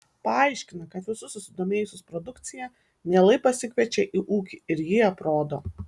paaiškina kad visus susidomėjusius produkcija mielai pasikviečia į ūkį ir jį aprodo